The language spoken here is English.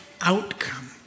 outcome